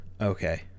Okay